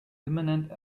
imminent